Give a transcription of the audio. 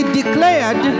declared